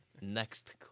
Next